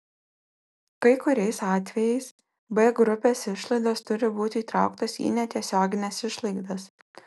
kai kuriais atvejais b grupės išlaidos turi būti įtrauktos į netiesiogines išlaidas